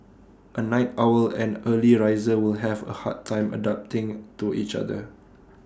A night owl and early riser will have A hard time adapting to each other